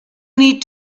need